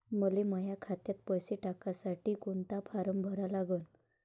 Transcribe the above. मले माह्या खात्यात पैसे टाकासाठी कोंता फारम भरा लागन?